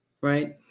right